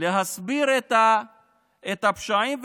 להסביר את הפשעים.